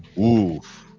Oof